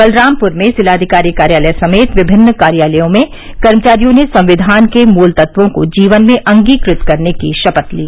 बलरामपुर में जिलाधिकारी कार्यालय समेत विभिन्न कार्यालयों में कर्मचारियों ने संक्षिान के मूल तत्वों को जीवन में अंगीकृत करने की शपथ ली